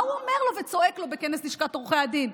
מה הוא אומר לו וצועק לו בכנס לשכת עורכי הדין?